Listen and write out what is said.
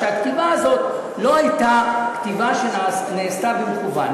שהכתיבה הזאת לא הייתה כתיבה שנעשתה במכוון.